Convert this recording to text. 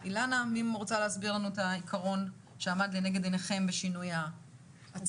מי רוצה להסביר לנו את העיקרון שעמד לנגד עיניכם בשינוי המצב?